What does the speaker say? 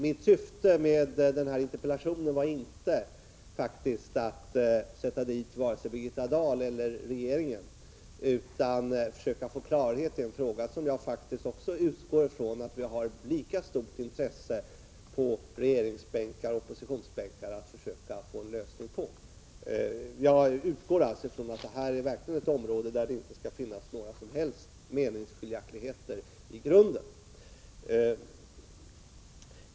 Mitt syfte med den här interpellationen var faktiskt inte att sätta dit vare sig Birgitta Dahl eller regeringen utan att försöka få klarhet i en fråga där jag utgår ifrån att vi — på regeringsbänkar och på oppositionsbänkar — har ett lika stort intresse av att få en lösning till stånd. Jag utgår alltså ifrån att detta är ett område där det i grunden inte skall finnas några som helst meningsskiljaktigheter.